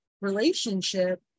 relationship